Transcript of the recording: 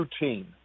routine